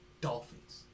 Dolphins